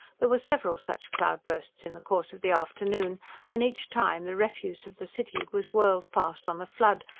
there were several such cloud-bursts in the course of the afternoon and each time the refuse of the city was whirled past on the flood,